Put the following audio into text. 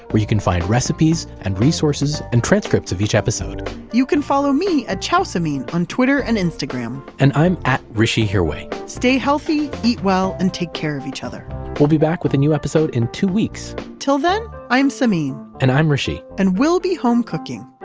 where you can find recipes and resources and transcripts of each episode you can follow me at caiosamin on twitter and instagram and i'm at hrishihirway stay healthy, eat well, and take care of each other we'll be back with a new episode in two weeks until then, i am samin and i'm hrishi and we'll be home cooking